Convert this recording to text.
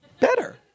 Better